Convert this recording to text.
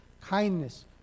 kindness